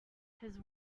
his